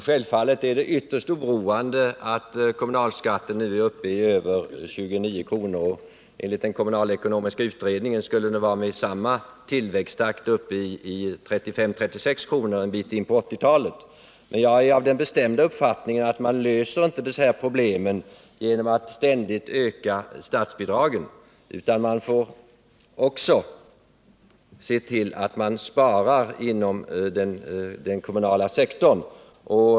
Självfallet är det ytterst oroande att kommunalskatten nu är uppe i över 29 kr. Enligt den kommunalekonomiska utredningen skulle man med samma tillväxttakt vara uppe i 35-36 kr. en bit in på 1980-talet. Jag är av den bestämda uppfattningen att man inte löser problemen genom att ständigt öka statsbidragen, utan jag menar att man måste se till att man sparar inom den kommunala sektorn.